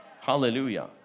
hallelujah